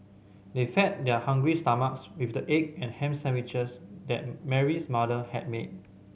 they fed their hungry stomachs with the egg and ham sandwiches that Mary's mother had made